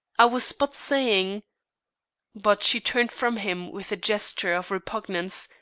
i was but saying but she turned from him with a gesture of repugnance,